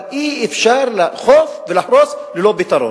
אבל אי-אפשר לאכוף ולהרוס ללא פתרון.